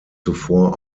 zuvor